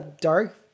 dark